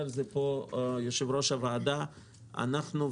הוועדה דנה בנושא הזה כבר מספר פעמים,